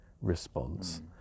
response